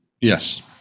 Yes